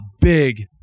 big